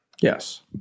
Yes